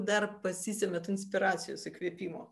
dar pasisemiat inspiracijos įkvėpimo